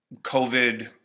COVID